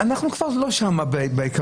אנחנו כבר לא שם בעיקרון.